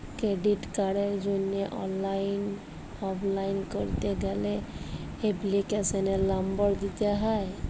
credit কার্ডের জন্হে online apply ক্যরতে গ্যালে এপ্লিকেশনের লম্বর দিত্যে হ্যয়